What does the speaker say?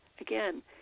again